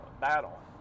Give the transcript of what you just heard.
battle